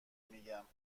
میگم